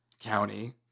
County